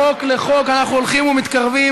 מחוק לחוק אנחנו מתקרבים,